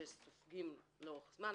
שסופגים לאורך זמן,